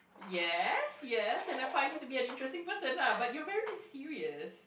yes yes and I find you to be an interesting person lah but you are very mysterious